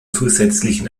zusätzlichen